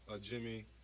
Jimmy